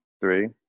three